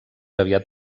aviat